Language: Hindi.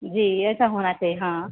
जी ऐसा होना चाहिए हाँ